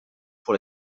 pour